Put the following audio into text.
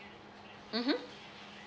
mmhmm